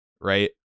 Right